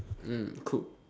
mm cool